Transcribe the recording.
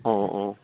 ꯑꯣ ꯑꯣ ꯑꯣ